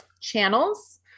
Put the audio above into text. channels